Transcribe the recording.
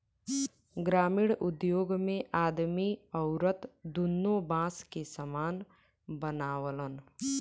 ग्रामिण उद्योग मे आदमी अउरत दुन्नो बास के सामान बनावलन